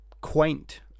quaint